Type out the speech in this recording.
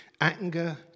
anger